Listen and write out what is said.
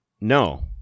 No